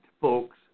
folks